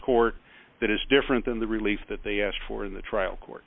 court that is different than the relief that they asked for in the trial court